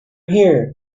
here